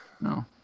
No